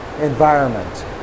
environment